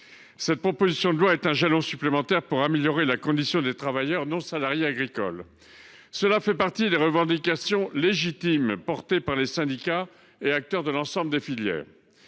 présente proposition de loi est un jalon supplémentaire pour améliorer la condition des travailleurs non salariés agricoles. Son dispositif satisfait une revendication légitimement défendue par les syndicats et les acteurs de l’ensemble des filières.